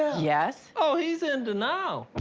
yes. oh, he's in denial.